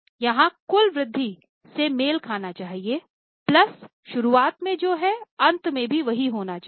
यहां कुल वृद्धि से मेल खाना चाहिए प्लस शुरुआत में जो हैअंत में भी होना चाहिए